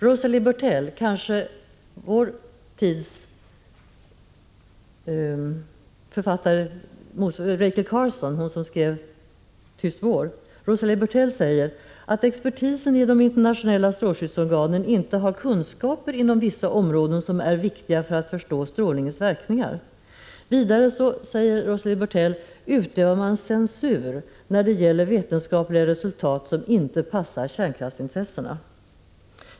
Rosalie Bertell — kanske vår tids motsvarighet till författaren Rachel Carson, som skrev ”Tyst vår” — säger att expertisen i de internationella strålskyddsorganen inte har kunskaper inom vissa områden som är viktiga för att förstå strålningens verkningar. Vidare säger hon att man utövar censur när det gäller vetenskapliga resultat som inte passar kärnkraftsintressena.